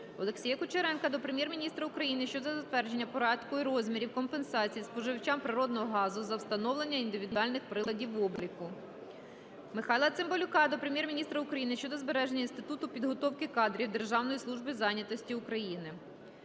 Олексія Кучеренка до Прем'єр-міністра України щодо затвердження порядку і розмірів компенсації споживачам природного газу за встановлення індивідуальних приладів обліку. Михайла Цимбалюка до Прем'єр-міністра України щодо збереження Інституту підготовки кадрів державної служби зайнятості України.